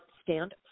stand